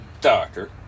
Doctor